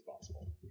possible